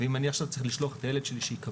אני מניח שאם אני עכשיו צריך לשלוח את הילד שלי שיקבל